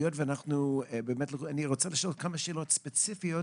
אני רוצה לשאול כמה שאלות ספציפיות,